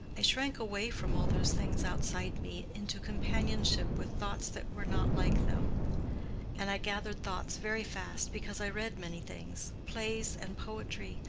i shrank away from all those things outside me into companionship with thoughts that were not like them and i gathered thoughts very fast, because i read many things plays and poetry,